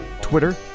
Twitter